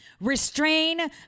Restrain